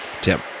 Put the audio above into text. tim